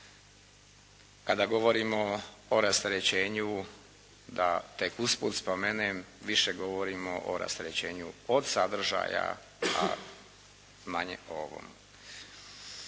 Kada govorim o rasterećenju da tek usput spomenem, više govorimo o rasterećenju od sadržaja, a manje o ovom.